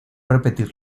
repetir